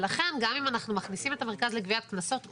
ולכן גם אם אנחנו מכניסים את המרכז לגביית קנסות,